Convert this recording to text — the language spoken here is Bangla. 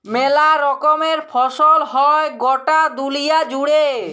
মেলা রকমের ফসল হ্যয় গটা দুলিয়া জুড়ে